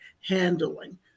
handling